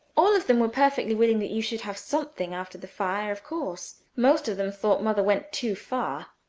all of them were perfectly willing that you should have something after the fire of course, most of them thought mother went too far.